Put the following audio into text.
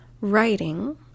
Writing